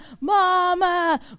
mama